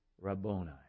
Rabboni